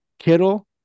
Kittle